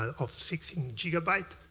of sixteen gigabytes,